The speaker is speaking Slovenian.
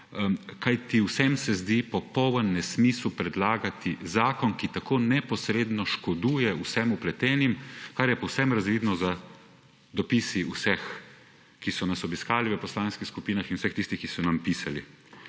naslova. Vsem se zdi popoln nesmisel predlagati zakon, ki tako neposredno škoduje vsem vpletenim, kar je povsem razvidno iz dopisov vseh, ki so nas obiskali v poslanskih skupinah in ki so nam pisali.